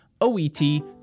OET